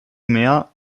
mehr